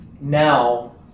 now